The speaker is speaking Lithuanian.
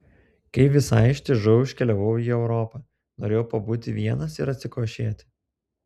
kai visai ištižau iškeliavau į europą norėjau pabūti vienas ir atsikvošėti